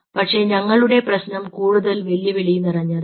പക്ഷേ ഞങ്ങളുടെ പ്രശ്നം കൂടുതൽ വെല്ലുവിളി നിറഞ്ഞതായിരുന്നു